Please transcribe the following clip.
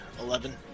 Eleven